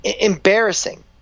embarrassing